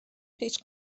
پیش